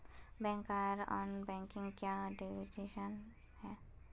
Bank आर non banking में क्याँ डिफरेंस है?